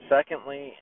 Secondly